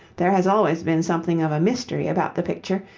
there has always been something of a mystery about the picture,